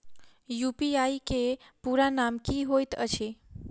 UPI केँ पूरा नाम की होइत अछि?